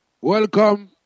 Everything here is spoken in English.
Welcome